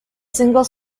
single